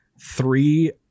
Three